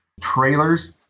trailers